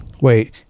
wait